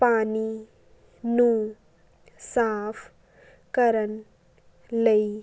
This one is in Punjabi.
ਪਾਣੀ ਨੂੰ ਸਾਫ਼ ਕਰਨ ਲਈ